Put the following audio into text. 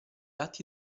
atti